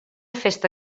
festa